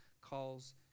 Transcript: calls